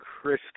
Chris